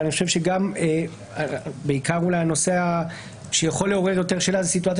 אני חושב שבעיקר אולי הנושא שיכול לעורר יותר שאלה זאת סיטואציה